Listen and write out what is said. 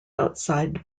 outside